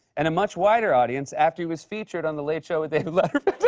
and a much wider audience after he was featured on the late show with david letterman